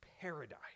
paradise